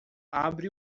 abre